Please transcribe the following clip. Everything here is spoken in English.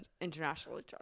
internationally